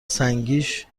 سنگیش